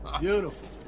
Beautiful